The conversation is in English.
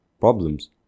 problems